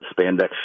spandex